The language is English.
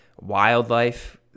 Wildlife